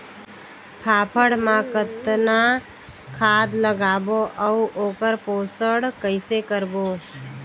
फाफण मा कतना खाद लगाबो अउ ओकर पोषण कइसे करबो?